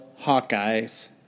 Hawkeyes